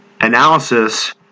analysis